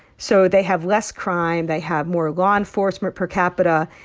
so they have less crime. they have more law enforcement per capita.